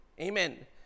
amen